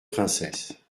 princesse